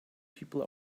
people